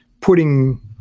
putting